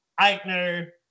Eichner